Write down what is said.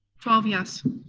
twelve yes.